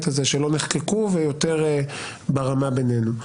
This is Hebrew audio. הזה שלא נחקקו והם יותר ברמה בינינו.